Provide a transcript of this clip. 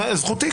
זכותי,